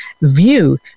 view